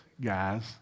guys